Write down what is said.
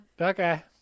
Okay